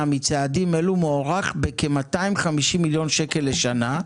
מצעדים אלו מוערך בכ-250 מיליון שקל לשנה,